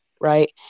Right